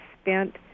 spent